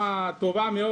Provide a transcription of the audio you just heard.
קודם כול בשעה טובה,